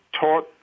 taught